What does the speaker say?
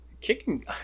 kicking